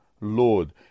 Lord